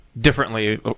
differently